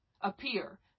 appear